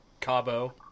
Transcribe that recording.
Cabo